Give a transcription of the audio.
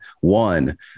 one